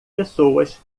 pessoas